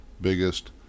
biggest